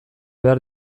behar